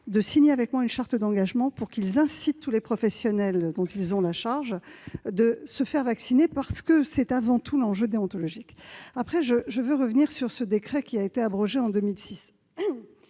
de signer avec moi une charte d'engagement, pour qu'ils incitent tous les professionnels dont ils ont la charge à se faire vacciner, parce que c'est avant tout, je le répète, un problème déontologique. Je veux revenir sur ce décret qui a été abrogé en 2006.